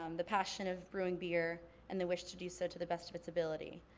um the passion of brewing beer and the wish to do so to the best of its ability,